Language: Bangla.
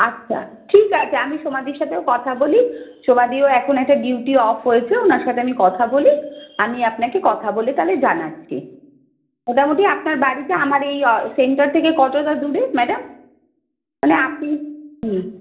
আচ্ছা ঠিক আছে আমি সোমাদির সাথেও কথা বলি সোমাদিরো এখন একটা ডিউটি অফ হয়েছে ওনার সাথে আমি কথা বলি আমি আপনাকে কথা বলে তালে জানাচ্ছি মোটামুটি আপনার বাড়িতে আমার এই সেন্টার থেকে কতটা দূরে ম্যাডাম মানে আপনি হ